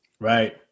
Right